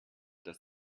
dass